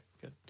good